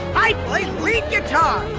i play lead guitar.